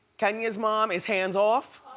kenya's mom is hands off.